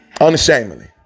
Unashamedly